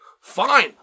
Fine